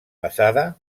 basada